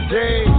day